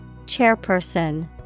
Chairperson